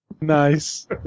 Nice